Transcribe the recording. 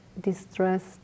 distressed